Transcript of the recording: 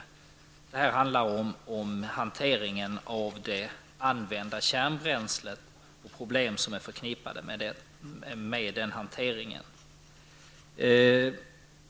Detta betänkande handlar om hanteringen av det använda kärnbränslet och problem som är förknippade med den hanteringen.